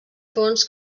fonts